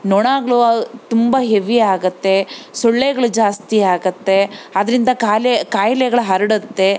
ನೊಣಗಳು ತುಂಬ ಹೆವಿಯಾಗತ್ತೆ ಸೊಳ್ಳೆಗ್ಳು ಜಾಸ್ತಿಯಾಗುತ್ತೆ ಅದರಿಂದ ಕಾಯಿಲೆ ಕಾಯ್ಲೆಗಳು ಹರಡುತ್ತೆ